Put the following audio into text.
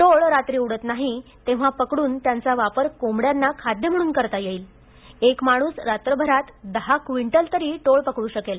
टोळ रात्री उडत नाहीत तेव्हा पकडून त्यांचा वापर कोंबड्यांना खाद्य म्हणून करता येईल एक माणूस रात्रभरात दहा क्वींटल तरी टोळ पकडू शकेल